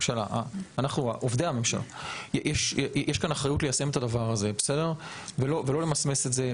אנחנו עובדי הממשלה יש כאן אחריות ליישם את הדבר הזה ולא למסמס את זה,